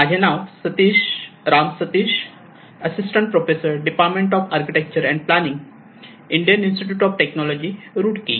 माझे नाव Ram Satish assistant professor department of architecture and planning Indian institute of technology Roorkee